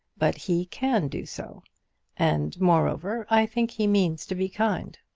but he can do so and, moreover, i think he means to be kind.